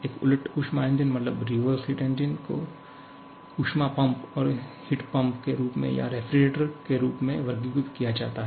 एक उलट ऊष्मा इंजन को ऊष्मा पम्प के रूप में या रेफ्रिजरेटर के रूप में वर्गीकृत किया जा सकता है